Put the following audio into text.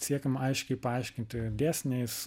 siekiama aiškiai paaiškinti dėsniais